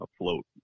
afloat